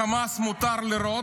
לחמאס מותר לראות,